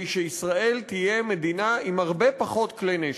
שישראל תהיה מדינה עם הרבה פחות כלי נשק.